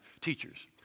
teachers